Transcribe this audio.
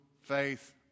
faith